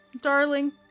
darling